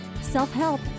self-help